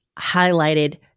highlighted